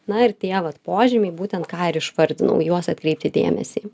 na ir tie vat požymiai būtent ką ir išvardinau į juos atkreipti dėmesį